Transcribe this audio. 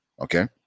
okay